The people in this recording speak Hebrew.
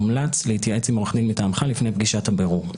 וככלל מומלץ להתייעץ עם עורך דין מטעמך לפני פגישת הבירור.